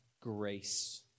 grace